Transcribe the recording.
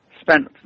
spent